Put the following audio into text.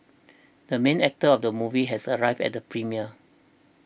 the main actor of the movie has arrived at the premiere